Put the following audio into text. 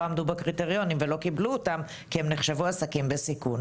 לא עמדו בקריטריונים ולכן לא קיבלו אותן כי הם נחשבו כעסקים בסיכון.